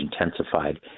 intensified